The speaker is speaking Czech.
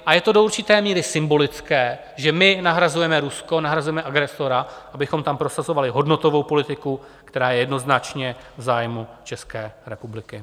A je to do určité míry symbolické, že my nahrazujeme Rusko, nahrazujeme agresora, abychom tam prosazovali hodnotovou politiku, která je jednoznačně v zájmu České republiky.